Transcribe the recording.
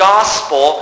Gospel